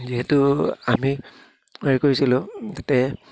যিহেতু আমি হেৰি কৰিছিলোঁ তাতে